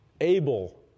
able